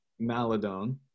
Maladon